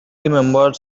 remembered